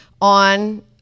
on